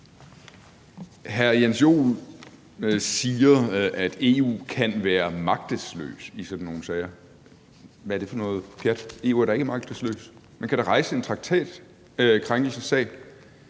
Hr. Jens Joel siger, at EU kan være magtesløs i sådan nogle sager. Hvad er det for noget pjat? EU er da ikke magtesløs. Man kan da rejse en traktatkrænkelsessag.